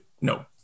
No